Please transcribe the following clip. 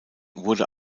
wurde